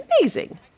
amazing